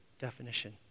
definition